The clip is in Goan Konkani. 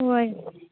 हय